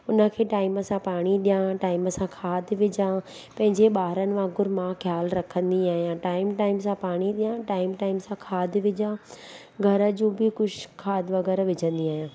उन खे टाइम सां पाणी ॾियां टाइम सां खाद विझां पंहिंजे ॿारनि वांगुरु मां ख़्यालु रखंदी आहियां टाइम टाइम सां पाणी ॾियां टाइम टाइम सां खाद विझां घर जूं बि कुझु खाद वग़ैरह विझंदी आहियां